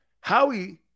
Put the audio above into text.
Howie